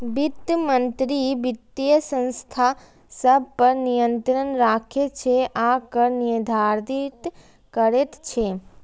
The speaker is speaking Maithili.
वित्त मंत्री वित्तीय संस्था सभ पर नियंत्रण राखै छै आ कर निर्धारित करैत छै